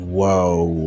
Whoa